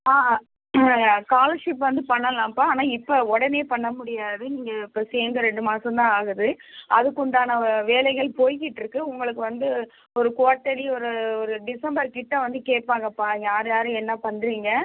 ஆ ஆ ஸ்காலர்ஷிப் வந்து பண்ணலாம்ப்பா ஆனால் இப்போ உடனே பண்ண முடியாது நீங்கள் இப்போ சேர்ந்து ரெண்டு மாசம்தான் ஆகுது அதுக்கு உண்டான வே வேலைகள் போய்கிட்டுருக்கு உங்களுக்கு வந்து ஒரு க்வாட்டர்லி ஒரு ஒரு டிசம்பர் கிட்ட வந்து கேட்பாங்கப்பா யார் யார் என்ன பண்ணுறீங்க